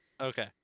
Okay